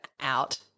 out